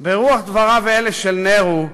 ברוח דבריו אלה של נהרו,